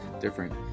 different